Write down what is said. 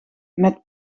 met